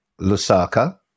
Lusaka